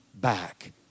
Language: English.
back